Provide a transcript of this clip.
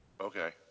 Okay